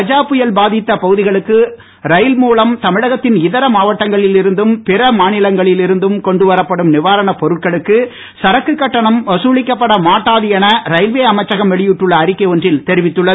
கஜா புயல் பாதித்த பகுதிகளுக்கு ரயில் மூலம் தமிழகத்தின் இதர மாவட்டங்களில் இருந்தும் பிற மாநிலங்களில் இருந்தும் கொண்டு வரப்படும் நிவாரணப் பொருட்களுக்கு சரக்கு கட்டணம் வசூலிக்கப்பட மாட்டாது என ரயில்வே அமைச்சகம் வெளியிட்டுள்ள அறிக்கை ஒன்றில் தெரிவித்துள்ளது